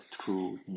true